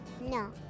no